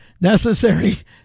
necessary